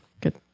good